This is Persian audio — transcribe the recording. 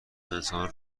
انسان